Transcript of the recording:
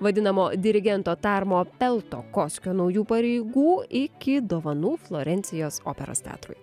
vadinamo dirigento tarmo peltokoskio naujų pareigų iki dovanų florencijos operos teatrui